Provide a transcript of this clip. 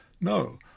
No